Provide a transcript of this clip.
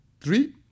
three